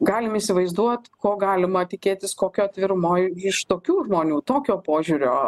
galim įsivaizduot ko galima tikėtis kokio atvirumo iš tokių žmonių tokio požiūrio